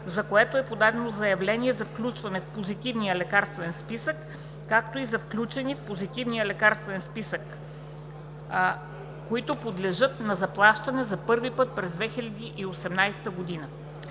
за което е подадено заявление за включване в позитивния лекарствен списък, както и за включени в позитивния лекарствен списък, които подлежат на заплащане за първи път през 2018 г.